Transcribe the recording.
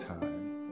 time